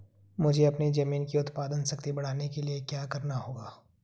मुझे अपनी ज़मीन की उत्पादन शक्ति बढ़ाने के लिए क्या करना होगा?